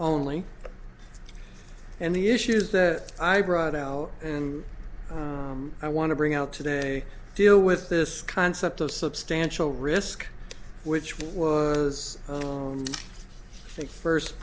only and the issues that i brought out and i want to bring out today deal with this concept of substantial risk which was think first